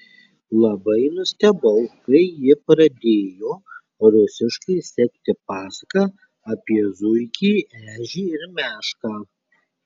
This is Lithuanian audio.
labai nustebau kai ji pradėjo rusiškai sekti pasaką apie zuikį ežį ir mešką